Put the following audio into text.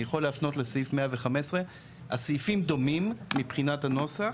אני יכול להפנות לסעיף 115. הסעיפים דומים מבחינת הנוסח,